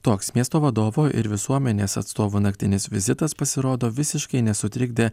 toks miesto vadovo ir visuomenės atstovų naktinis vizitas pasirodo visiškai nesutrikdė